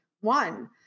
one